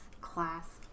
class